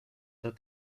the